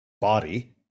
body